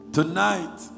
Tonight